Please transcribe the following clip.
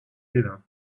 dinner